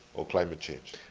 or climate change.